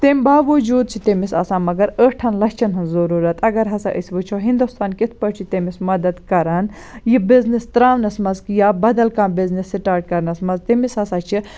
تمہ باوَجوٗد چھِ تٔمِس آسان مگر ٲٹھَن لَچھَن ہٕنٛز ضروٗرَت اگر ہَسا أسۍ وٕچھو ہِندوستان کِتھ پٲٹھۍ چھُ تٔمِس مَدد کَران یہِ بِزنٮ۪س تراونَس مَنٛز یا بَدَل کانٛہہ بِزنٮ۪س سٹاٹ کَرنَس مَنٛز تٔمِس ہَسا چھِ